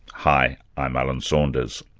hi, i'm alan saunders.